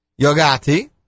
Yogati